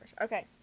Okay